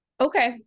Okay